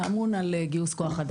שאמון על גיוס כוח אדם.